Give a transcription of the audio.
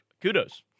kudos